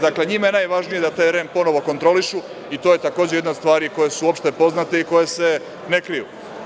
Dakle, njima je najvažnije da taj REM ponovo kontrolišu i to je, takođe, jedna od stvari koje su opšte poznate i koje se ne kriju.